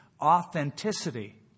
authenticity